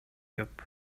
көп